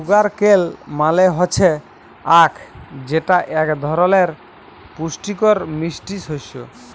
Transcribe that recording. sugar cane মাল হচ্যে আখ যেটা এক ধরলের পুষ্টিকর মিষ্টি শস্য